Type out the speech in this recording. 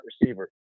receiver